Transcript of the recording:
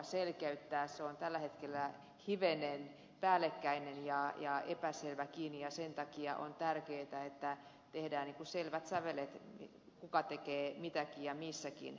se on tällä hetkellä hivenen päällekkäinen ja epäselväkin ja sen takia on tärkeätä että tehdään selvät sävelet kuka tekee mitäkin ja missäkin